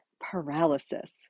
paralysis